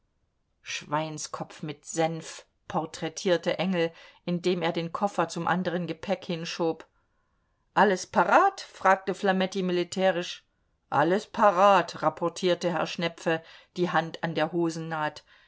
schweinskopf mit senf porträtierte engel indem er den koffer zum andern gepäck hinschob alles parat fragte flametti militärisch alles parat rapportierte herr schnepfe die hand an der hosennaht